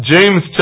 James